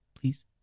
please